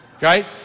Right